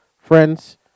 Friends